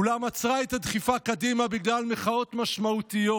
אולם עצרה את הדחיפה קדימה בגלל מחאות משמעותיות.